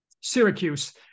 Syracuse